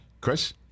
Chris